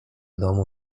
domu